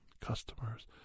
customers